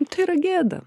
tai yra gėda